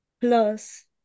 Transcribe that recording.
plus